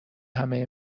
همه